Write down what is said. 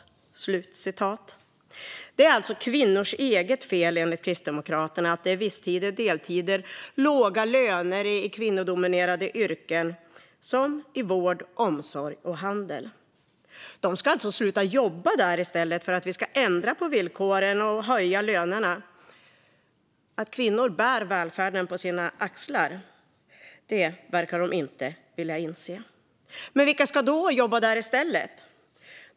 Enligt Kristdemokraterna är det kvinnors eget fel att det är visstider, deltider och låga löner i kvinnodominerade yrken inom vård, omsorg och handel. De ska alltså sluta jobba där i stället för att vi ska ändra på villkoren och höja lönerna. Att kvinnor bär välfärden på sina axlar verkar de inte vilja inse. Vilka ska då jobba där i stället?